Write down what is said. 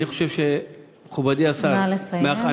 נא לסיים.